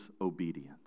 obedience